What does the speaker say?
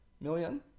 million